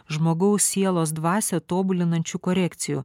žmogaus sielos dvasią tobulinančių korekcijų